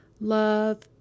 love